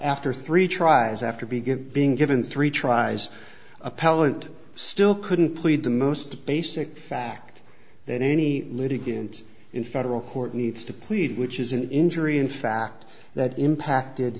after three tries after begin being given three tries appellant still couldn't plead the most basic fact that any litigant in federal court needs to plead which is an injury in fact that impacted